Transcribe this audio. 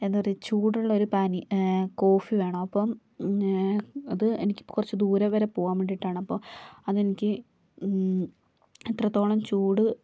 എന്താ പറയുക ചൂടുള്ളൊരു പാനി കോഫി വേണം അപ്പം അത് എനിക്ക് കുറച്ച് ദൂരം വരെ പോകാന് വേണ്ടീയിട്ടാണ് അപ്പോൾ അതെനിക്ക് എത്രത്തോളം ചൂട്